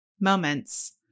moments